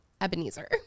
Ebenezer